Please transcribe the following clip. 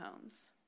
homes